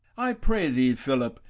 i pray thee, phillip,